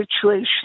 situation